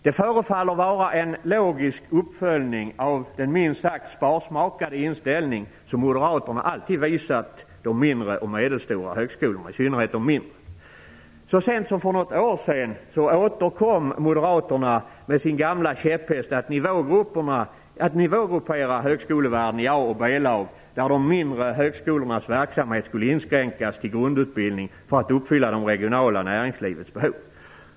Det förefaller vara en logisk uppföljning av den minst sagt sparsmakade inställning som moderaterna alltid haft till de mindre och medelstora högskolorna, i synnerhet de mindre. Så sent som för något år sedan återkom moderaterna med sin gamla käpphäst om att nivågruppera högskolevärlden i ett A och ett B-lag, där de mindre högskolornas verksamhet skulle inskränkas till grundutbildning för att uppfylla det regionala näringslivets behov.